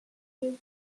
you